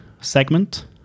segment